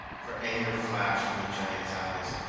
for anger flashed from the giant's eyes,